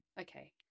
Okay